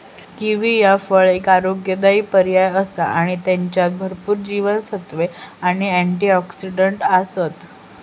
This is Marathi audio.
किवी ह्या फळ एक आरोग्यदायी पर्याय आसा आणि त्येच्यात भरपूर जीवनसत्त्वे आणि अँटिऑक्सिडंट आसत